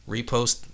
Repost